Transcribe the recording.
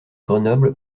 grenoble